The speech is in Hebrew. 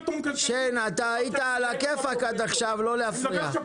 שיין אתה היית על הכיפק עד עכשיו, לא להפריע,